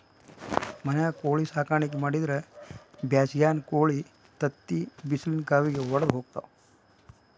ಮನ್ಯಾಗ ಕೋಳಿ ಸಾಕಾಣಿಕೆ ಮಾಡಿದ್ರ್ ಬ್ಯಾಸಿಗ್ಯಾಗ ಕೋಳಿಗಳ ತತ್ತಿ ಬಿಸಿಲಿನ ಕಾವಿಗೆ ವಡದ ಹೋಗ್ತಾವ